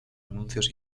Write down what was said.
anuncios